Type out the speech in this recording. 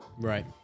Right